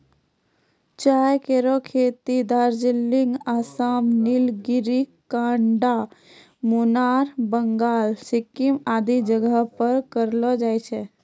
चाय केरो खेती दार्जिलिंग, आसाम, नीलगिरी, कांगड़ा, मुनार, बंगाल, सिक्किम आदि जगह पर करलो जाय छै